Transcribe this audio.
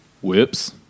Whoops